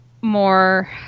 more